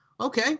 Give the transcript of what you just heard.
okay